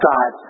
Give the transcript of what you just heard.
God